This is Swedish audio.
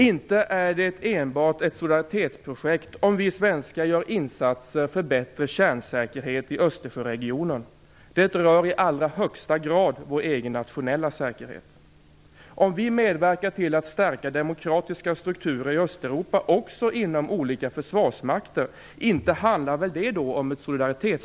Inte är det enbart ett solidaritetsprojekt om vi svenskar gör insatser för en bättre kärnsäkerhet i Östersjöregionen. Det rör i allra högsta grad vår egen nationella säkerhet. Inte handlar det om ett solidaritetsprojekt om vi medverkar till att stärka demokratiska strukturer i Östeuropa, också inom olika försvarsmakter. Det rör i högsta grad vår egen nationella säkerhet.